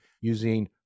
using